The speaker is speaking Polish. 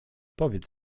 powiedz